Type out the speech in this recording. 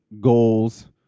goals